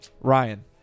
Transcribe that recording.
Ryan